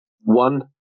one